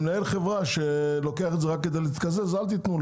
למנהל חברה שלוקח את זה רק כדי להתקזז אל תתנו.